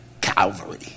Calvary